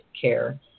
care